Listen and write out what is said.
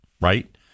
Right